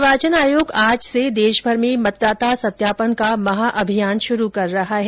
निर्वाचन आयोग आज से देश भर में मतदाता सत्यापन का महा अभियान शुरू कर रहा है